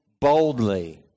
boldly